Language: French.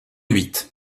huit